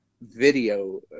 video